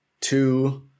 two